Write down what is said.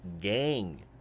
Gang